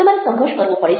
તમારે સંઘર્ષ કરવો પડે છે